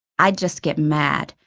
i'd just get mad.